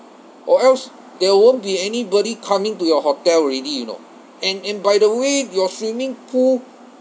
or else there won't be anybody coming to your hotel already you know and and by the way your swimming pool